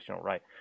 right